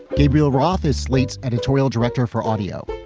gabriel roth is slate's editorial director for audio.